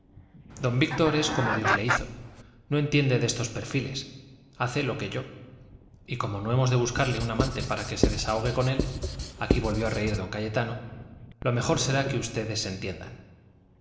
don víctor es como dios le hizo no entiende de estos perfiles hace lo que yo y como no hemos de buscarle un amante para que desahogue con él aquí volvió a reír don cayetano lo mejor será que ustedes se entiendan